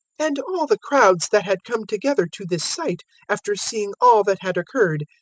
and all the crowds that had come together to this sight, after seeing all that had occurred,